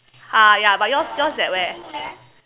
ah ya but yours yours is at where